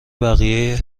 بقیه